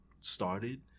started